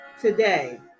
today